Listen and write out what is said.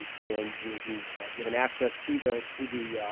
and you will be given access to the to the